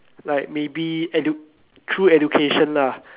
like maybe edu~ through education lah